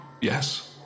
Yes